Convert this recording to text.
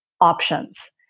options